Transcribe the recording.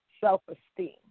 self-esteem